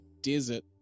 desert